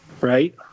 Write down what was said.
right